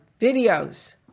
videos